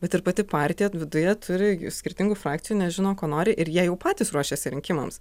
bet ir pati partija viduje turi skirtingų frakcijų nes žino ko nori ir jie jau patys ruošiasi rinkimams